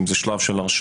אם זה שלב של הרשעה,